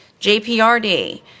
JPRD